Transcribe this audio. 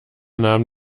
nahm